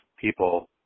people